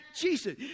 Jesus